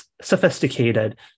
sophisticated